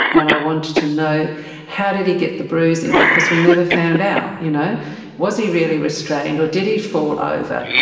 and i want to know how did he get the bruising, because we never found out. you know was he really restrained or did he fall over?